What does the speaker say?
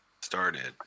started